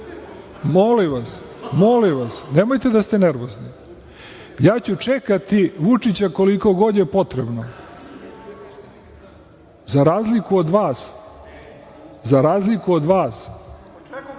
Molim vas. Molim vas, nemojte da ste nervozni. Ja ću čekati Vučića koliko god je potrebno. Za razliku od vas taj Vučić je